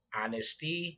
honesty